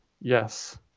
Yes